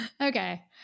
Okay